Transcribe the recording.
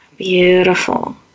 Beautiful